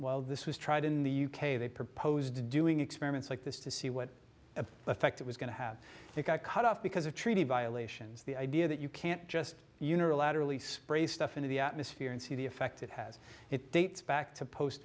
e this was tried in the u k they propose doing experiments like this to see what of effect it was going to have that got cut off because of treaty violations the idea that you can't just unilaterally spray stuff into the atmosphere and see the effect it has it dates back to post